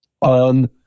on